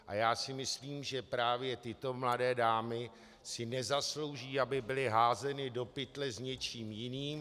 A já si myslím, že právě tyto mladé dámy si nezaslouží, aby byly házeny do pytle s něčím jiným.